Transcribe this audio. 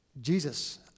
Jesus